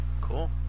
Cool